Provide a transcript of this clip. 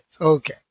Okay